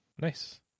nice